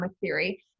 theory